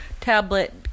tablet